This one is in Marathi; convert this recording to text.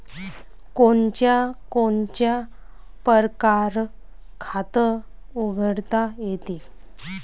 कोनच्या कोनच्या परकारं खात उघडता येते?